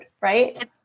right